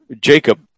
Jacob